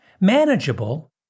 manageable